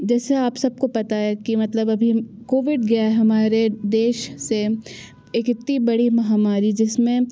जैसे आप सबको पता है कि मतलब अभी कोविड गया हमारे देश से एक इतनी बड़ी महामारी जिसमें